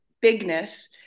bigness